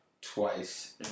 twice